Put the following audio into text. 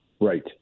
Right